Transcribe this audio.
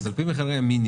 אז על פי מחירי המינימום,